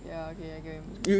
ya okay I get what you mean